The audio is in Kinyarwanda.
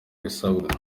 bisabwa